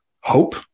hope